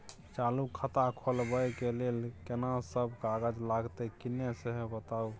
चालू खाता खोलवैबे के लेल केना सब कागज लगतै किन्ने सेहो बताऊ?